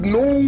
no